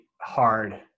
hard